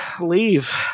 leave